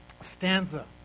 stanza